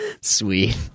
Sweet